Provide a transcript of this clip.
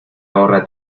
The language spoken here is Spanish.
ahorra